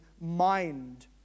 mind